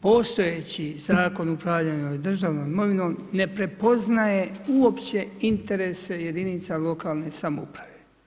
Postojeći Zakon o upravljanju državnom imovinom, ne prepoznaje uopće interese jedinica lokalne samouprave.